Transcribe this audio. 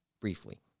briefly